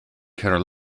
care